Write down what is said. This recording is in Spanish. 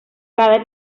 cada